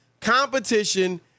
competition